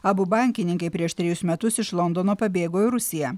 abu bankininkai prieš trejus metus iš londono pabėgo į rusiją